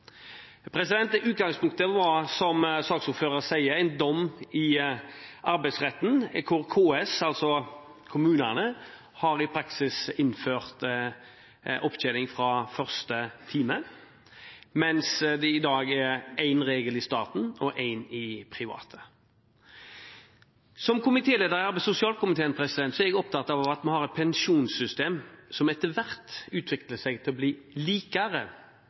ganske vesentlig. Utgangspunktet var, som saksordføreren sier, en dom i Arbeidsretten, hvor KS, altså kommunene, i praksis har innført opptjening fra første time, mens det i dag er én regel i staten og én i det private. Som komitéleder i arbeids- og sosialkomiteen er jeg opptatt av at vi har et pensjonssystem som etter hvert utvikler seg til å bli likere